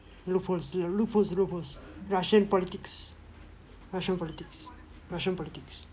loopholes loopholes loopholes russian politics russian politics russian politics